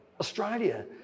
Australia